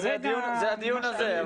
זה הדיון הזה.